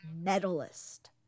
medalist